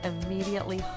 immediately